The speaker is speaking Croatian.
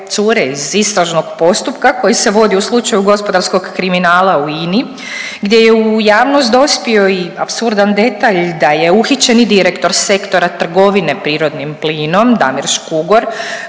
cure iz istražnog postupka koji se vodi u slučaju gospodarskog kriminala u INA-i, gdje je u javnost dospio i apsurdan detalj da je uhićeni direktor Sektora trgovine prirodnim plinom Damir Škugor